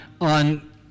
on